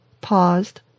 PAUSED